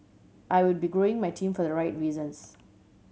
I will be growing my team for the right reasons